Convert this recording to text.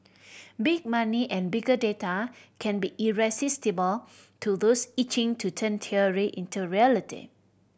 big money and bigger data can be irresistible to those itching to turn theory into reality